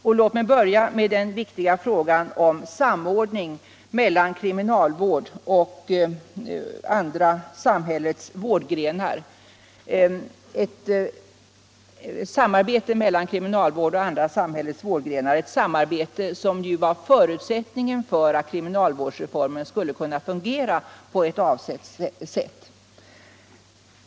Får jag då börja med den viktiga frågan om samordning mellan kriminalvården och andra av samhällets vårdgrenar. Ett samarbete mellan kriminalvården och dessa vårdgrenar var ju en förutsättning för att kriminalvårdsreformen skulle fungera så som var avsett.